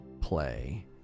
play